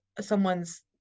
someone's